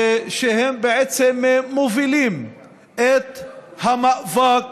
ושהם בעצם מובילים את המאבק